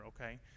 okay